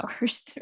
hours